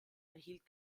erhielt